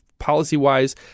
Policy-wise